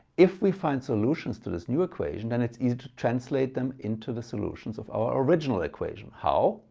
if we find solutions to this new equation, then it's easy to translate them into the solutions of our original equation. how?